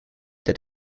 that